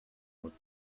with